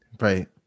Right